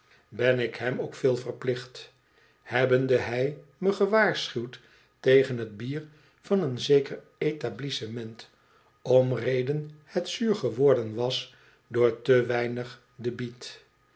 ben ik hem ook veel verplicht hebbende hij me gewaarschuwd tegen t bier van een zeker etablissement om reden het zuur geworden was door te weinig debiet